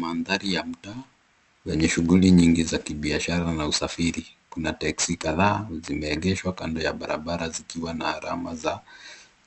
Mandhari ya mtaa yenye shughuli nyingi ya kibiashara na usafiri. Kuna teksi kadhaa zimeegeshwa kando ya barabara zikiwa na alama za